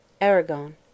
Aragon